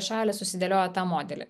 šalys susidėlioja tą modelį